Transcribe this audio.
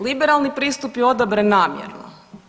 Liberalni pristup je odabran namjerno.